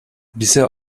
bize